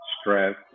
stress